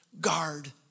Guard